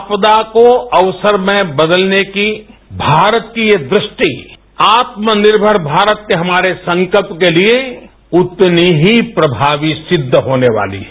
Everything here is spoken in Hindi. आपदा को अवसर में बदलने की भारत की यह दृष्टि आत्मनिर्मर भारत के हमारे संकल्प के लिये उतनी ही प्रमावी सिद्ध होने वाली है